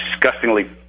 disgustingly